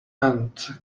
and